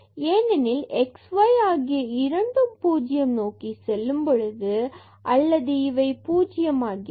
ஏனெனில் x y ஆகிய இரண்டும் பூஜ்யம் நோக்கி செல்லும்போது அல்லது இவை பூஜ்ஜியம் ஆகிறது